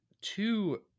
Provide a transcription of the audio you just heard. two